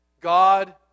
God